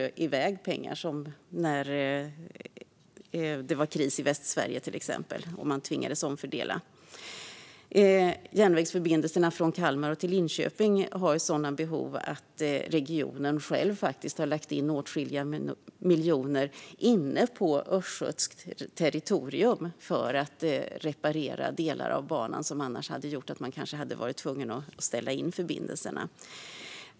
Så var det till exempel när det var kris i Västsverige och man tvingades omfördela. Järnvägsförbindelserna från Kalmar till Linköping har sådana behov att regionen själv har lagt in åtskilliga miljoner inne på östgötskt territorium för att reparera delar av banan, där man annars kanske hade varit tvungen att ställa in förbindelserna.